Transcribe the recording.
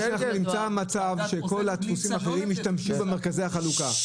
אם אנחנו נמצא שכל הדפוסים האחרים משתמשים במרכזי החלוקה,